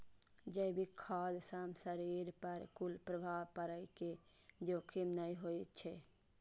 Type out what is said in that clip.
जैविक खाद्य सं शरीर पर कुप्रभाव पड़ै के जोखिम नै होइ छै